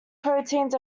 proteins